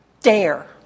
dare